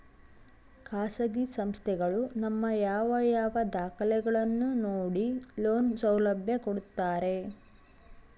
ಖಾಸಗಿ ಸಂಸ್ಥೆಗಳು ನಮ್ಮ ಯಾವ ಯಾವ ದಾಖಲೆಗಳನ್ನು ನೋಡಿ ಲೋನ್ ಸೌಲಭ್ಯ ಕೊಡ್ತಾರೆ?